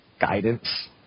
guidance